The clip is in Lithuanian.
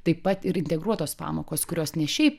taip pat ir integruotos pamokos kurios ne šiaip